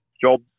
job